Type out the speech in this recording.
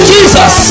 Jesus